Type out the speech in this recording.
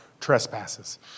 trespasses